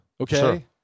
okay